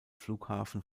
flughafen